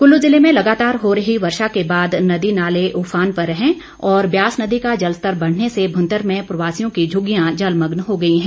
कुल्लू जिले में लगातार हो रही वर्षा के बाद नदी नाले उफान पर हैं और ब्यास नदी का जलस्तर बढ़ने से भुंतर में प्रवासियों की झुग्गियां जलमग्न हो गई हैं